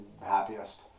happiest